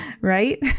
Right